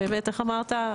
איך אמרת?